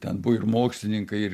ten buvo ir mokslininkai ir